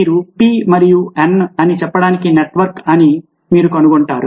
మీరు p మరియు n అని చెప్పడానికి నెట్వర్క్ అని మీరు కనుగొంటారు